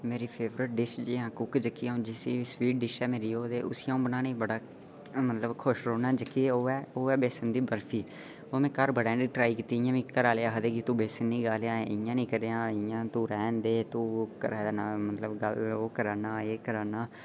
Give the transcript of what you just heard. मेरी favourite dish जि'यां cook जेह्की आं स्वीट डिश ऐ मेरी उसी अ'ऊं बनाने गी बड़ा मतलब खुश रौह्न्नां जेह्की ऐ ओह् ऐ बेसन दी बर्फी ओह् में घर बनाने दी ट्राई कीती इ'यां मिगी घरै आह्ले आखदे तूं बेसन नीं गालेआ तूं इ'यां नीं करेआं तूं रौह्न दे तूं एह् करा नै तूं ओह् करै नै